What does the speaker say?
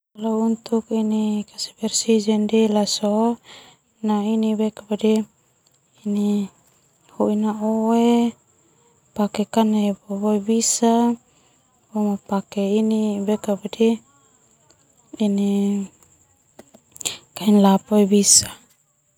Hoi oe pake kanebo boe bisa pake kain lap boe bisa.